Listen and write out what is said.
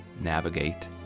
navigate